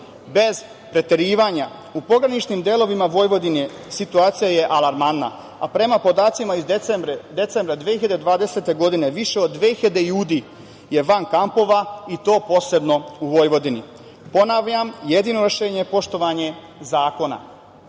preterivanja, u pograničnim delovima Vojvodine situacija je alarmantna, a prema podacima iz decembra 2020. godine više od 2.000 ljudi je van kampova i to posebno u Vojvodini. Ponavljam, jedino rešenje je poštovanje zakona.